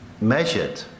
measured